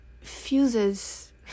fuses